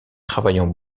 travaillant